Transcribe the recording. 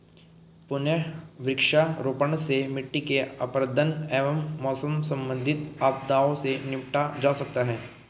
पुनः वृक्षारोपण से मिट्टी के अपरदन एवं मौसम संबंधित आपदाओं से निपटा जा सकता है